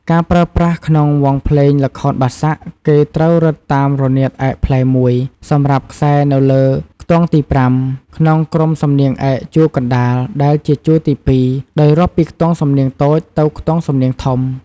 ការប្រើប្រាស់ក្នុងវង់ភ្លេងល្ខោនបាសាក់ គេត្រូវរឹតតាមរនាតឯកផ្លែ១ សំរាប់ខ្សែនៅលើខ្ទង់ទី៥ ក្នុងក្រុមសំនៀងឯកជួរកណ្ដាល ដែលជា ជួរទី២ ដោយរាប់ពីខ្ទង់សំនៀងតូចទៅខ្ទង់សំនៀងធំ។